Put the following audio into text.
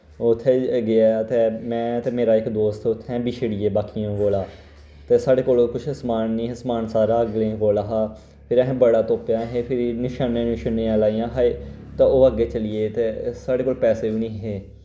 उत्थें गेआ ते में ते मेरा इक दोस्त उत्थैं बिशड़ी गे बाकियें कोला ते साढ़े कोल कुछ समान निं हा समान सारा अगलें कोल हा फिर असैं बड़ा तोप्पेआ असैं फिरी निशानियां नशुनियां लाईयां हाय ते ओह् अग्गै चलिये ते साढ़े कोल पैसे वी निं हे